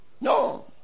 No